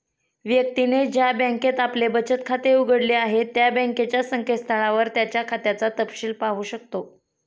व्यक्तीने ज्या बँकेत आपले बचत खाते उघडले आहे त्या बँकेच्या संकेतस्थळावर त्याच्या खात्याचा तपशिल पाहू शकतो